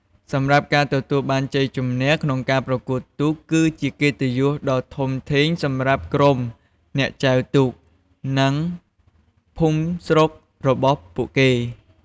សម្រាប់ការទទួលបានជ័យជំនះក្នុងការប្រណាំងទូក គឺជាកិត្តិយសដ៏ធំធេងសម្រាប់ក្រុមអ្នកចែវទូក និងភូមិស្រុករបស់ពួកគេ។